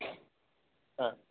ആ